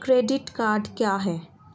Credit card क्या है?